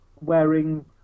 wearing